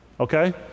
Okay